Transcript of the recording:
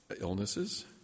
Illnesses